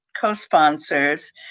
co-sponsors